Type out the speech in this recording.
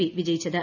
P വിജയിച്ചത്